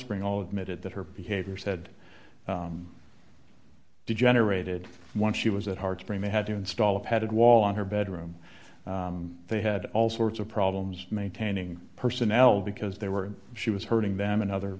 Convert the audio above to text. heartstring all admitted that her behavior said degenerated when she was at heart spring they had to install a padded wall on her bedroom they had all sorts of problems maintaining personnel because they were she was hurting them and other